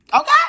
Okay